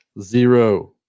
Zero